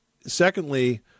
secondly